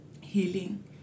healing